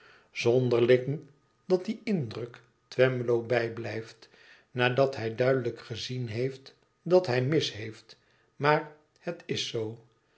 zonderling dat die indruk twemlow bijblijft nadat hij duidelijk gezien heeft dat hij mis heeft maar het is zoo